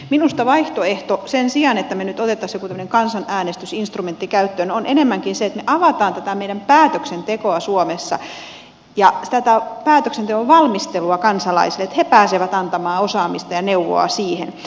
minusta vaihtoehto sen sijaan että me nyt ottaisimme jonkun tämmöisen kansanäänestysinstrumentin käyttöön on enemmänkin se että me avaamme tätä meidän päätöksentekoa suomessa ja tätä päätöksenteon valmistelua kansalaisille että he pääsevät antamaan osaamista ja neuvoa siihen prosessiin